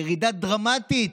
ירידה דרמטית